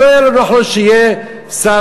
שלא היה לו נכון שיהיה שר,